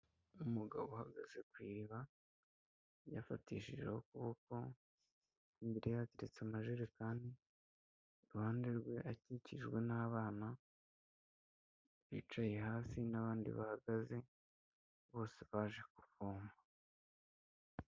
Umugabo uhagaze ku iriba yafatishijeho ukuboko imbere ye hateretse amajerekani, iruhande rwe akikijwe n'abana bicaye hasi n'abandi bahagaze bose baje kuvoma.